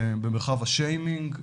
שהן במרחב השיימינג,